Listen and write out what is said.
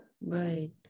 Right